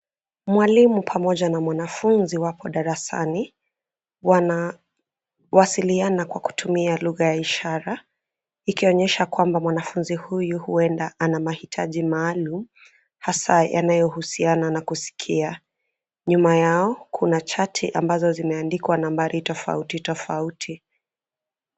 Mwalimu pamoja na mwanafunzi wapo darasani, wanawasiliana kwa kutumia lugha ya ishara, ikionyesha kwamba mwanafunzi huyu huenda ana mahitaji maalum hasa yanayohusiana na kusikia. Nyuma yao, kuna chati ambazo zimeandikwa nambari tofauti tofauti.